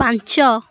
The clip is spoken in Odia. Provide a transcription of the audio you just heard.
ପାଞ୍ଚ